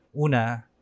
una